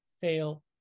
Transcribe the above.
fail